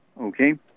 Okay